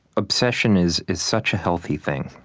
obsession is is such a healthy thing.